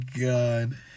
god